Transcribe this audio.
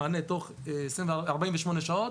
מענה בתוך 48 שעות,